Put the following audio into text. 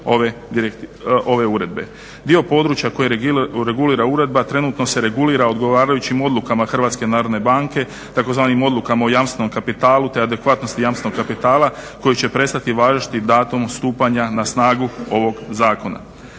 ove uredbe. Dio područja koji regulira uredba trenutno se regulira odgovarajućim odlukama Hrvatske narodne banke, tzv. odlukama o jamstvom kapitalu te adekvatnosti jamskog kapitala koji će prestati važiti datumom stupanja na snagu ovog zakona.